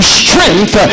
strength